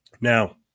Now